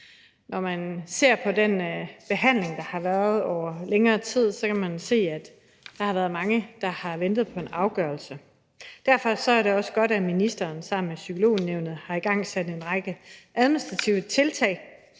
Når man ser på den behandling, der har været igennem længere tid, kan man se, at der har været mange, der har ventet på en afgørelse. Derfor er det også godt, at ministeren sammen med Psykolognævnet har igangsat en række administrative tiltag,